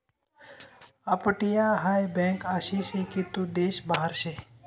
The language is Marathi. अपटीया हाय बँक आसी से की तू देश बाहेर से